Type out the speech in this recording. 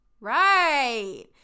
Right